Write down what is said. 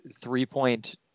three-point